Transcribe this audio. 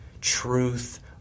truth